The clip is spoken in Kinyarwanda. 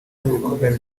n’ibikomere